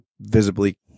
visibly